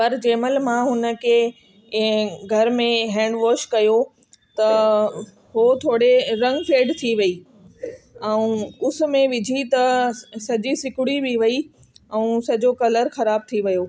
पर जंहिंमहिल मां हुनखे इहे घर में हैंडवॉश कयूं त हो थोरे रंग फेड थी वई ऐं उस में बि विझी त सॼी सुकिड़ी बि वई ऐं सॼो कलर ख़राब थी वियो